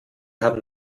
haben